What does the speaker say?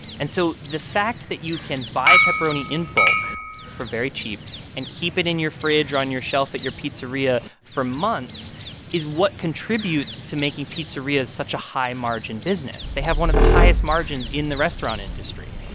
and so the fact that you can buy pepperoni in bulk for very cheap and keep it in your fridge or on your shelf at your pizzeria for months is what contributes to making pizzerias such a high-margin business. they have one of the highest margins in the restaurant industry.